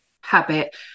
habit